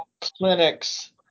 clinics